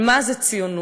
על מה זה ציונות.